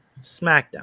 SmackDown